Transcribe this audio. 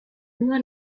nur